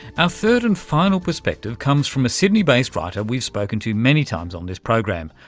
our third and final perspective comes from a sydney-based writer we've spoken to many times on this program,